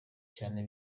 cyane